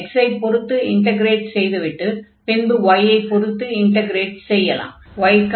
x ஐ பொருத்து integrate செய்துவிட்டு பின்பு y ஐ பொருத்து இன்டக்ரேட் செய்யலாம்